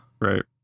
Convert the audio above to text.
right